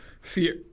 fear